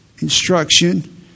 Instruction